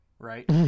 Right